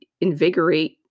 invigorate